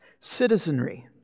citizenry